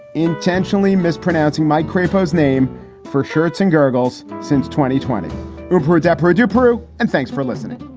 intentionally mispronouncing my crapo's name for shirts and gargles since twenty twenty were desperate to prove. and thanks for listening